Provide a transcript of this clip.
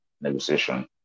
negotiation